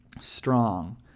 strong